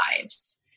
lives